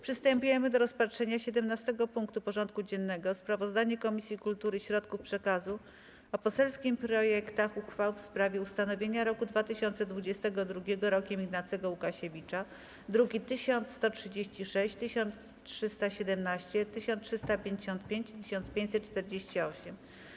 Przystępujemy do rozpatrzenia punktu 17. porządku dziennego: Sprawozdanie Komisji Kultury i Środków Przekazu o poselskich projektach uchwał w sprawie ustanowienia roku 2022 Rokiem Ignacego Łukasiewicza (druki nr 1136, 1317, 1355 i 1548)